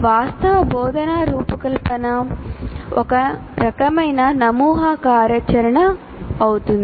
వాస్తవ బోధనా రూపకల్పన ఒక రకమైన సమూహ కార్యాచరణ అవుతుంది